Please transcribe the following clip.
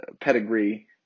pedigree